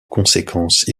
conséquence